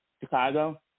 Chicago